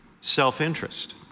self-interest